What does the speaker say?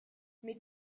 mais